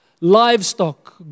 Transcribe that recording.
Livestock